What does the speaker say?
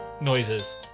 noises